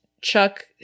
chuck